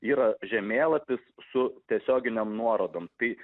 yra žemėlapis su tiesioginėm nuorodom tai